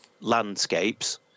landscapes